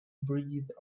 breathe